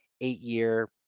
eight-year